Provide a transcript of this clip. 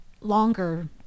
longer